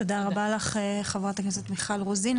תודה רבה לך, חברת הכנסת מיכל רוזין.